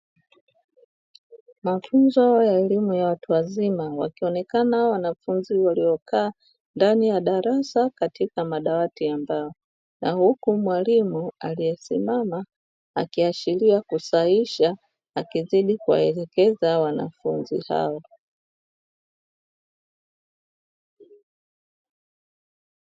Mafunzo ya elimu ya watu wazima, wakionekana wanafunzi waliokaa ndani ya darasa katika madawati ya mbao, na huku mwalimu aliyesimama akiashiria kusahihisha, akizidi kuwaelekeza wanafunzi hao.